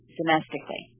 domestically